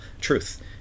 truth